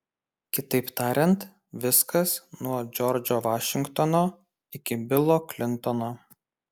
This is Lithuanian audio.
kitaip tariant viskas nuo džordžo vašingtono iki bilo klintono